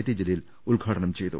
T Jaleel ഉദ്ഘാടനം ചെയ്തു